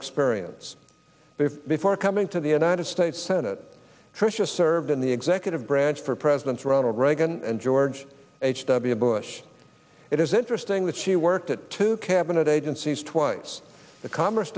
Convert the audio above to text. experience before coming to the united states senate tricia served in the executive branch for presidents ronald reagan and george h w bush it is interesting that she worked at two cabinet agencies twice the commerce